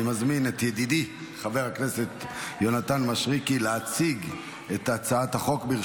אני מזמין את ידידי חבר הכנסת יונתן מישרקי להציג את החוק.